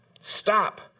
Stop